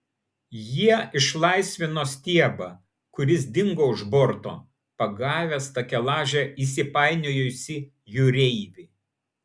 jie išlaisvino stiebą kuris dingo už borto pagavęs takelaže įsipainiojusį jūreivį